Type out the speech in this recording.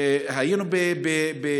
היינו בבית של,